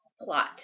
plot